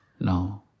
No